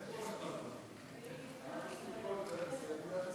סעיפים 1 13